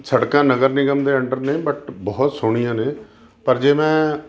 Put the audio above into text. ਸੜਕਾਂ ਨਗਰ ਨਿਗਮ ਦੇ ਅੰਡਰ ਨੇ ਬਟ ਬਹੁਤ ਸੋਹਣੀਆਂ ਨੇ ਪਰ ਜੇ ਮੈਂ